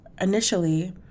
initially